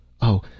Oh